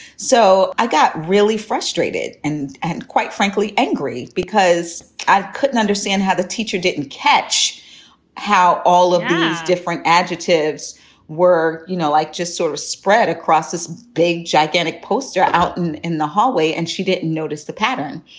so i got really frustrated and and quite frankly, angry because i couldn't understand how the teacher didn't catch how all of these different adjectives were you know like just sort of spread across this big, gigantic poster out and in the hallway. and she didn't notice the pattern.